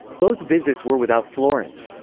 both visits were without florence.